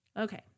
Okay